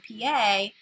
pa